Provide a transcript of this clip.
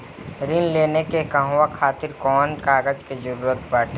ऋण लेने के कहवा खातिर कौन कोन कागज के जररूत बाटे?